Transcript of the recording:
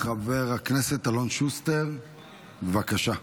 חבר הכנסת אלון שוסטר, בבקשה.